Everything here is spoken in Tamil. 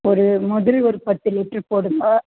ஒரு முதல் ஒரு பத்து லிட்ரு போடுங்க